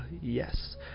yes